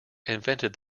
invented